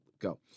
Go